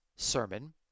Sermon